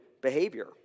behavior